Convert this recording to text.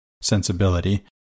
sensibility